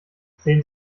sehen